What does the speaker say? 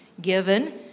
given